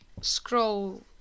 scroll